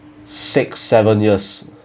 six seven years